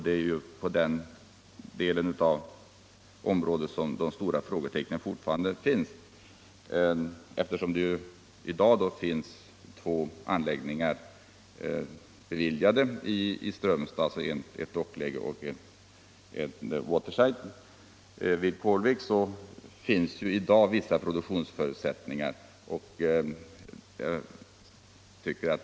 Det är här som de stora frågetecknen fortfarande finns. Eftersom det hittills har beviljats två anläggningar i Strömstad — ett dockläge och ett waterside — finns det i dag produktionsförutsättningar utan nya anläggningar.